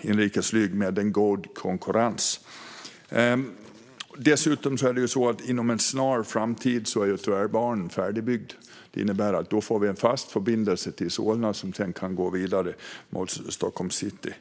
inrikesflyg med en god konkurrens. Inom en snar framtid är dessutom Tvärbanan färdigbyggd, vilket innebär att vi får en fast förbindelse till Solna vidare mot Stockholms city.